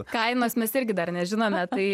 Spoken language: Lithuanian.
kainos mes irgi dar nežinome tai